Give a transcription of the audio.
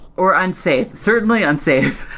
or unsafe. certainly unsafe.